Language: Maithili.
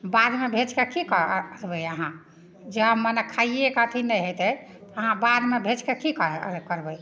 बादमे भेजिके कि करबै अहाँ जब मने खाइएके अथी नहि हेतै तऽ अहाँ बादमे भेजिके कि करबै